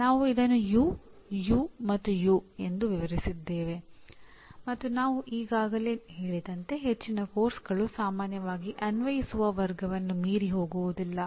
ನಾವು ಇದನ್ನು ಯು ಎಂದು ವಿವರಿಸಿದ್ದೇವೆ ಮತ್ತು ನಾವು ಈಗಾಗಲೇ ಹೇಳಿದಂತೆ ಹೆಚ್ಚಿನ ಪಠ್ಯಕ್ರಮಗಳು ಸಾಮಾನ್ಯವಾಗಿ ಅನ್ವಯಿಸುವ ವರ್ಗವನ್ನು ಮೀರಿ ಹೋಗುವುದಿಲ್ಲ